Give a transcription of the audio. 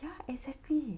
ya exactly